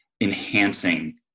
enhancing